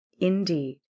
Indeed